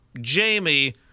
Jamie